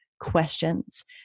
questions